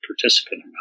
participant